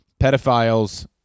pedophiles